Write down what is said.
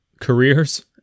Careers